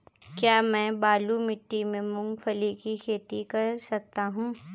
क्या मैं बालू मिट्टी में मूंगफली की खेती कर सकता हूँ?